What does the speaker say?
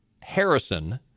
Harrison